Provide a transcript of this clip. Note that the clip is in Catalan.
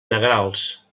negrals